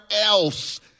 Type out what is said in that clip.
else